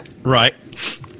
Right